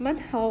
go ahead